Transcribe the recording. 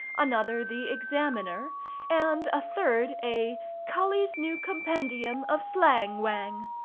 another the examiner and a third a culley's new compendium of slang-whang.